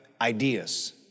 ideas